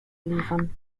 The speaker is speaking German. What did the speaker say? liefern